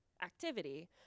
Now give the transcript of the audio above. activity